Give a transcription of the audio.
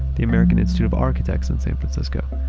the american institute of architects in san francisco,